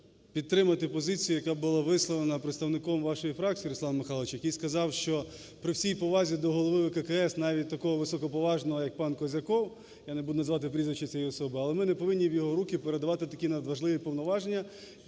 підтримати позицію, яка була висловлена представником вашої фракції, Руслан Михайлович, який сказав, що при всій повазі до голови ВККС, навіть такого високоповажного, як пан Козяков, я не буду називати прізвище цієї особи, але ми не повинні в його руки передавати такі надважливі повноваження,